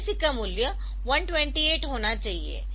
DAC का मूल्य 128 होना चाहिए